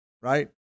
right